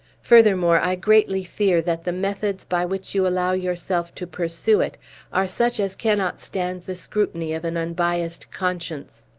furthermore, i greatly fear that the methods by which you allow yourself to pursue it are such as cannot stand the scrutiny of an unbiassed conscience.